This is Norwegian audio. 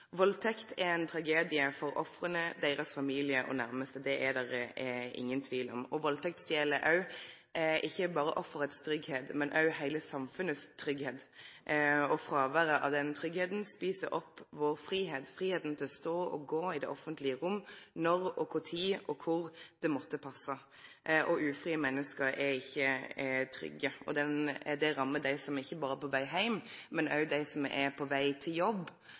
Valdtekt er ein tragedie for ofra, familiane deira og dei næraste. Det er det ingen tvil om. Valdtekt stel ikkje berre offerets tryggleik, men heile samfunnets tryggleik. Fråvere av den tryggleiken et opp fridomen vår, fridomen til å stå og gå i det offentlege rommet, når, kva tid og kor det måtte passe. Ufrie menneske er ikkje trygge. Dette rammar ikkje berre dei som er på veg heim, men òg dei som er på veg til jobb